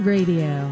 Radio